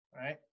right